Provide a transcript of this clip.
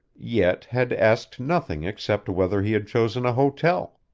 yet had asked nothing except whether he had chosen a hotel.